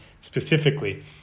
specifically